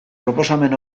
proposamen